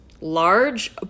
large